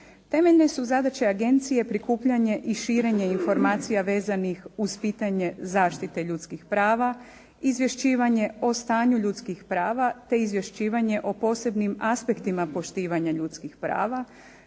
Temeljne su zadaće agencije prikupljanje i širenje informacija vezanih uz pitanje zaštite ljudskih prava, izvješćivanje o stanju ljudskih prava, te izvješćivanje o posebnim aspektima poštivanja ljudskih prava,